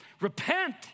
repent